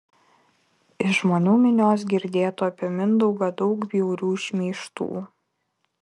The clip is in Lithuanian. iš žmonių minios girdėtų apie mindaugą daug bjaurių šmeižtų